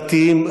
דתיים,